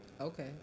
okay